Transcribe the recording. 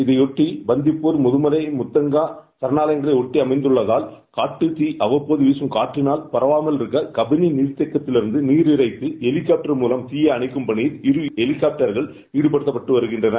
இதையொட்டி பந்திப்பூர் முதமலை முத்தங்க சரணாலயங்களை ஒட்டி அமைந்தள்ளதால் காட்டுத் தீ அவ்வட்போது வீசும் காற்றினால் பரவாமல் இருக்க கபினி நீர்க்கேக்கத்திலிருக்கு நீர் வெறவினாட்டர் மூலம் நீயை அணைக்கும் பணியில் இரு வெறலிகாப்டர்கள் ஈடுபடுத்தப்பட்டு வருகின்றன